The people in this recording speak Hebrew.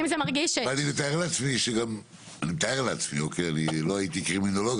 אני מתאר לעצמי כשמדליקים את